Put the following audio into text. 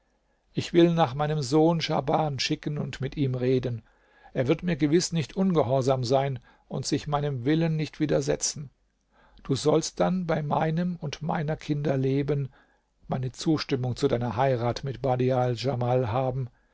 ich will nach meinem sohn schahban schicken und mit ihm reden er wird mir gewiß nicht ungehorsam sein und sich meinem willen nicht widersetzen du sollst dann bei meinem und meiner kinder leben meine zustimmung zu deiner heirat mit badial djamal haben